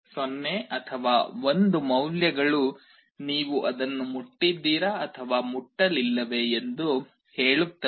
0 ಅಥವಾ 1 ಮೌಲ್ಯಗಳು ನೀವು ಅದನ್ನು ಮುಟ್ಟಿದ್ದೀರಾ ಅಥವಾ ಮುಟ್ಟಲಿಲ್ಲವೇ ಎಂದು ಹೇಳುತ್ತವೆ